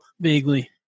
Vaguely